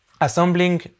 assembling